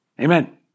Amen